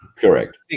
correct